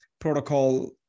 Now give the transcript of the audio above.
protocol